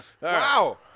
Wow